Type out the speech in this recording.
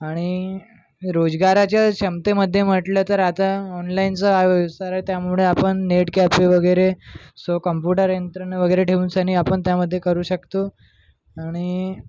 आणि रोजगाराच्या क्षमतेमध्ये म्हटलं तर आता ऑनलाईनचा त्यामुळे आपण नेट कॅफे वगैरे सो कंपुटर यंत्रणा वगैरे ठेऊनसनी आपण त्यामध्ये करू शकतो आणि